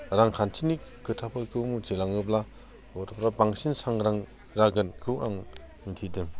रांखान्थिनि खोथाफोरखौ मिथिलाङोबा गथ'फ्रा बांसिन सांग्रां जागोनखौ आं मोन्थिदों